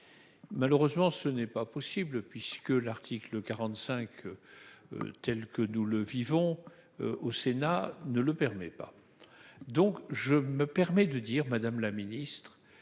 Malheureusement ce n'est pas possible puisque l'article 45. Tel que nous le vivons au Sénat ne le permet pas. Donc je me permets de dire Madame la Ministre